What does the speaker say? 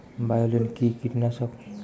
বায়োলিন কি কীটনাশক?